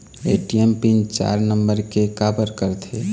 ATM PIN चार number के काबर करथे?